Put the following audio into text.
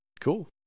cool